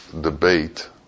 debate